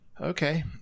Okay